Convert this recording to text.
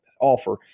offer